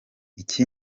iki